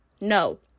No